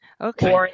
okay